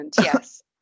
yes